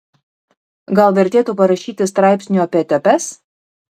gal vertėtų parašyti straipsnių apie etiopes